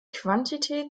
quantität